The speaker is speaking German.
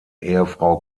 ehefrau